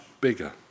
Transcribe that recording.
bigger